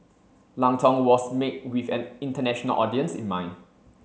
Lang Tong was made with an international audience in mind